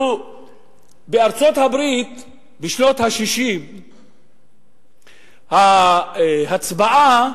בארצות-הברית בשנות ה-60 זכות ההצבעה,